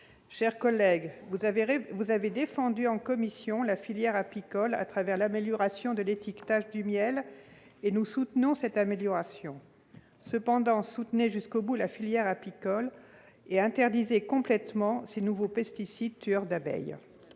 chers collègues, vous avez défendu en commission la filière apicole par l'amélioration de l'étiquetage du miel et nous soutenons cette mesure. Soutenez jusqu'au bout cette filière en interdisant complètement ces nouveaux pesticides tueurs d'abeilles.